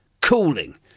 cooling